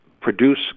produce